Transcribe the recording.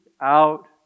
out